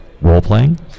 role-playing